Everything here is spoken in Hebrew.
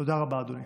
תודה רבה, אדוני.